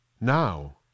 now